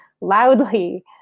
loudly